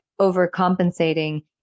overcompensating